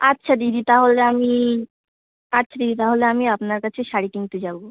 আচ্ছা দিদি তাহলে আমি আচ্ছা দিদি তাহলে আমি আপনার কাছে শাড়ি কিনতে যাবো